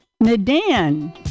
Nadan